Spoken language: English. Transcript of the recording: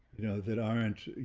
you know, that aren't,